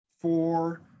four